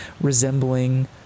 resembling